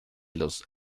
los